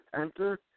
enter